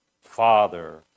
Father